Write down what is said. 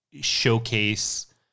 showcase